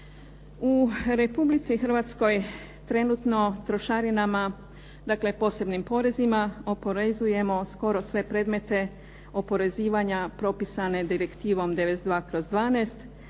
U Republici Hrvatskoj trenutno trošarinama, dakle posebnim porezima oporezujemo skoro sve predmete oporezivanja propisane direktivom 92/12,